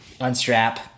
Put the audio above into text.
unstrap